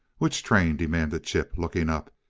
which train? demanded chip, looking up.